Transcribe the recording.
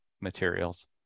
materials